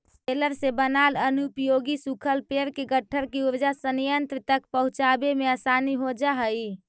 baler से बनाल अनुपयोगी सूखल पेड़ के गट्ठर के ऊर्जा संयन्त्र तक पहुँचावे में आसानी हो जा हई